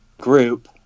group